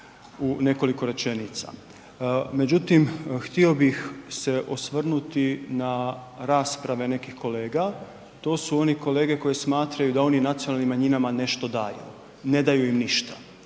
u nekoliko rečenica. Međutim, htio bih se osvrnuti na rasprave nekih kolega, to su oni kolege koji smatraju da oni nacionalnim manjinama nešto daju. Ne daju im ništa.